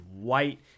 white